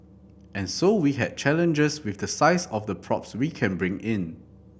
and so we had challenges with the size of the props we can bring in